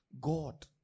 god